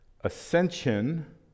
Ascension